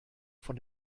von